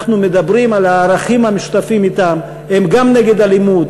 אנחנו מדברים על הערכים המשותפים אִתם: הם גם נגד אלימות,